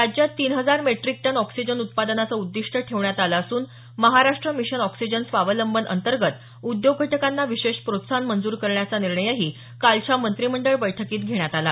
राज्यात तीन हजार मेट्रिक टन ऑक्सिजन उत्पादनाचं उद्दीष्ट ठेवण्यात आले असून महाराष्ट्र मिशन ऑक्सिजन स्वावलंबन अंतर्गत उद्योग घटकांना विशेष प्रोत्साहन मंजूर करण्याचा निर्णयही कालच्या बैठकीत घेण्यात आला